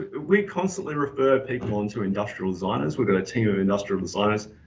we constantly refer people on to industrial designers, we've got a team of industrial designers.